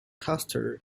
custer